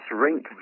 shrink